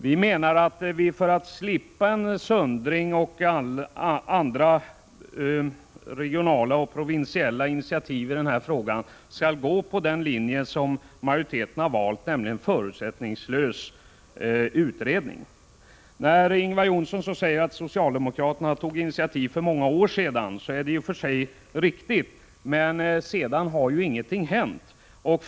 Vi anser att vi för att slippa en söndring och andra regionala och provinsiella initiativ i denna fråga bör gå på den linje som majoriteten valt, nämligen en förutsättningslös utredning. När Ingvar Johnsson säger att socialdemokraterna tog initiativ för många år sedan, är det i och för sig riktigt. Men sedan har ju ingenting hänt.